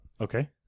Okay